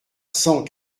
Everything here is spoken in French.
cent